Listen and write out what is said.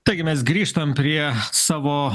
taigi mes grįžtam prie savo